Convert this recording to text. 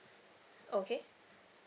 okay